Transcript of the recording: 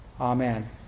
Amen